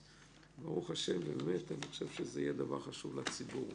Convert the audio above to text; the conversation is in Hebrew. ברוך השם, אני חושב שזה יהיה דבר חשוב לציבור.